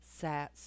SATs